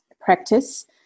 practice